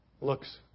looks